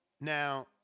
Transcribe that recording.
Now